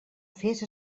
fes